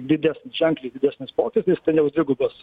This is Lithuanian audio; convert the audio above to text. didės ženkliai didesnis pokytis ten jau dvigubos